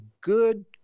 good